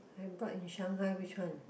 I brought in Shanghai which one